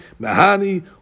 Mahani